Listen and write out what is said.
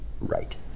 Right